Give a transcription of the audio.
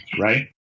Right